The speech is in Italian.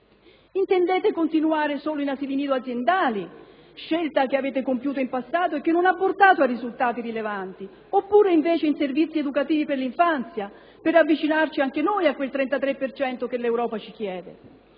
Intendete continuare solo con gli asili nido aziendali, scelta che avete compiuto in passato e che non ha portato a risultati rilevanti, oppure pensate di realizzare servizi educativi per l'infanzia, per avvicinarci anche noi a quel 33 per cento che l'Europa ci chiede?